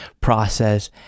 process